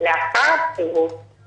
לפי הבנתי היא פחות התכוונה